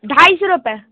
ढाई सौ रुपये